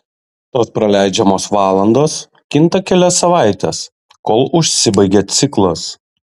tos praleidžiamos valandos kinta kelias savaites kol užsibaigia ciklas